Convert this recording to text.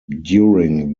during